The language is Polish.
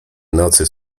nocy